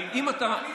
אני הרי רוצה לענות לך.